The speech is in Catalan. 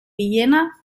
villena